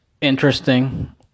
interesting